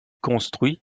construits